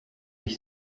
ich